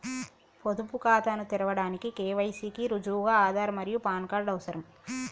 పొదుపు ఖాతాను తెరవడానికి కే.వై.సి కి రుజువుగా ఆధార్ మరియు పాన్ కార్డ్ అవసరం